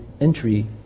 entry